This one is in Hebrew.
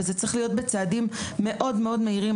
וזה צריך להיות בצעדים מאוד מאוד מהירים.